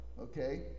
okay